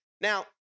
Now